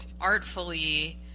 artfully